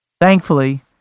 Thankfully